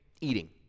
eating